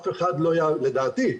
לדעתי,